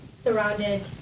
surrounded